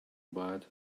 bad